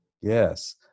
Yes